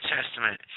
Testament